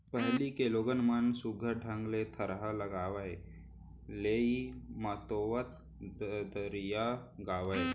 पहिली के लोगन मन सुग्घर ढंग ले थरहा लगावय, लेइ मतोवत ददरिया गावयँ